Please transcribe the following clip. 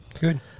Good